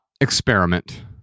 experiment